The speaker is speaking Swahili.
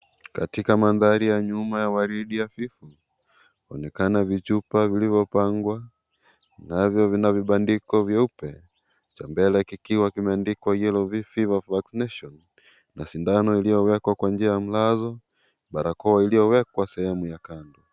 Katika maadhari ya nyuma ya waridi hafifu, vyaonekana vichupa vilivyopangwa navyo vina vibandiko vyeupe, cha mbele kikiwa kimeandikwa "Yellow Fever Vaccination", na sindano iliyowekwa kwa njia ya mlazo, barakoa iliyowekwa sehemu ya kando.